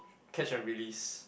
catch and release